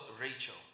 Rachel